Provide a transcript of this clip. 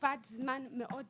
בתקופת זמן מאוד קצרה.